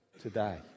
today